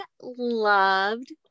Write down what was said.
loved